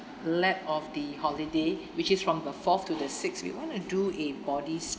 lap of the holiday which is from the fourth to the sixth we wanna do a body s~